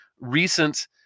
recent